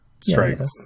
Strength